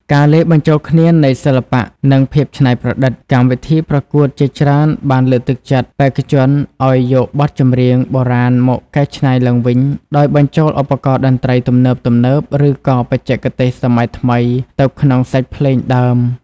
ការលាយបញ្ចូលគ្នានៃសិល្បៈនិងភាពច្នៃប្រឌិត កម្មវិធីប្រកួតជាច្រើនបានលើកទឹកចិត្តបេក្ខជនឲ្យយកបទចម្រៀងបុរាណមកកែច្នៃឡើងវិញដោយបញ្ចូលឧបករណ៍តន្ត្រីទំនើបៗឬក៏បច្ចេកទេសសម័យថ្មីទៅក្នុងសាច់ភ្លេងដើម។